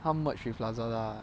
它 merge with Lazada